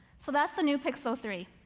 so that's the new pixel three.